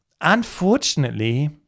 unfortunately